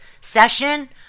session